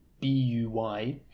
B-U-Y